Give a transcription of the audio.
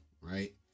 right